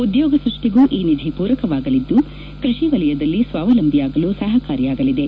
ಉದ್ಯೋಗ ಸೃಷ್ಟಿಗೂ ಈ ನಿಧಿ ಪೂರಕವಾಗಲಿದ್ದು ಕೃಷಿ ವಲಯದಲ್ಲಿ ಸ್ವಾವಲಂಬಿಯಾಗಲು ಸಹಕಾರಿಯಾಗಲಿದೆ